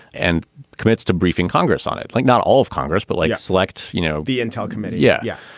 and commits to briefing congress on it. like not all of congress, but like a select you know, the intel committee. yeah. yeah.